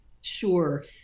Sure